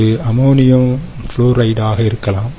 அது ammonium fluoride ஆக இருக்கலாம்